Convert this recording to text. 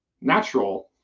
natural